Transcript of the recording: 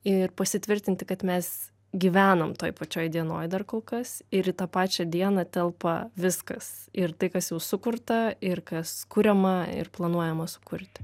ir pasitvirtinti kad mes gyvenam toj pačioj dienoj dar kol kas ir į tą pačią dieną telpa viskas ir tai kas jau sukurta ir kas kuriama ir planuojama sukurti